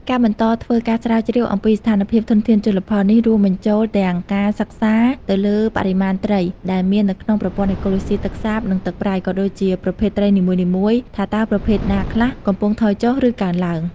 ការបន្តធ្វើការស្រាវជ្រាវអំពីស្ថានភាពធនធានជលផល នេះរួមបញ្ចូលទាំងការសិក្សាទៅលើបរិមាណត្រីដែលមាននៅក្នុងប្រព័ន្ធអេកូឡូស៊ីទឹកសាប និងទឹកប្រៃ ក៏ដូចជាប្រភេទត្រីនីមួយៗ ថាតើប្រភេទណាខ្លះកំពុងថយចុះ ឬកើនឡើង។